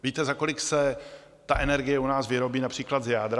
Víte, za kolik se energie u nás vyrobí, například z jádra?